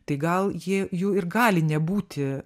tai gal jie jų ir gali nebūti